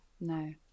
no